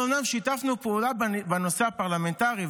אנחנו שיתפנו פעולה בנושא הפרלמנטרי,